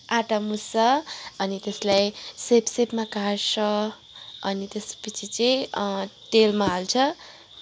आँटा मुस्छ अनि त्यसलाई सेप सेपमा काट्छ अनि त्यसपछि चाहिँ तेलमा हाल्छ